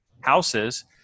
houses